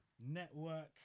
network